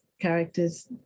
characters